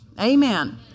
Amen